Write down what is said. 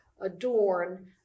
adorn